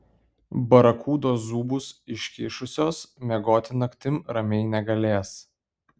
barakudos zūbus iškišusios miegoti naktim ramiai negalės